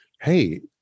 Hey